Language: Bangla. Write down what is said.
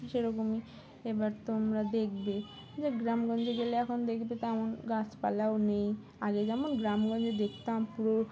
সেরকমই এবার তোমরা দেখবে যে গ্রামগঞ্জে গেলে এখন দেখবে তেমন গাছপালাও নেই আগে যেমন গ্রামগঞ্জে দেখতাম পুরো